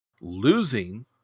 losing